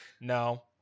No